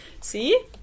See